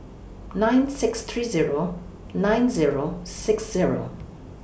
nine six three Zero nine Zero six Zero